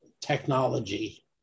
technology